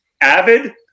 Avid